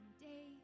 day